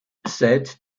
seit